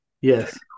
yes